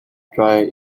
dry